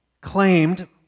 claimed